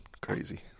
crazy